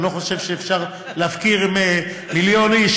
אני לא חושב שאפשר להפקיר מיליון איש